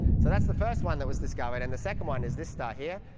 so that's the first one that was discovered, and the second one is this star here.